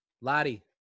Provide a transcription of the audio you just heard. Lottie